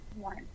One